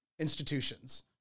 institutions